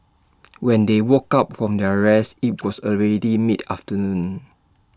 when they woke up from their rest IT was already mid afternoon